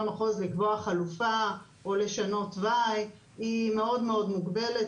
המחוז לקבוע חלופה או לשנות תוואי היא מאוד מוגבלת,